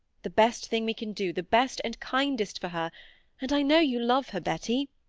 the best thing we can do the best and kindest for her and i know you love her, betty